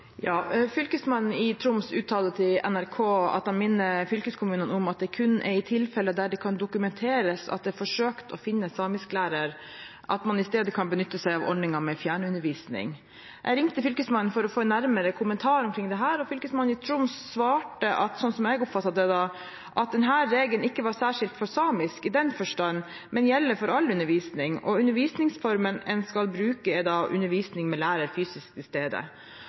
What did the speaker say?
Fylkesmannen i Troms uttaler til NRK at han har minnet fylkeskommunene om at det kun er i tilfeller der det kan dokumenteres at det er forsøkt å finne samisklærer, at man i stedet kan benytte ordningen med fjernundervisning. Jeg ringte Fylkesmannen for å få en nærmere kommentar til dette, og Fylkesmannen i Troms svarte, slik jeg oppfattet det, at denne regelen ikke var særskilt for samisk i den forstand, men gjelder for all undervisning. Undervisningsformen man skal bruke, er undervisning med lærer fysisk til stede.